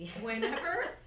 whenever